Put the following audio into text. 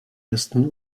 ersten